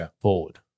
forward